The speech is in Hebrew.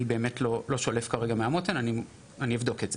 אבל אני כן אבדוק את זה.